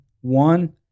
one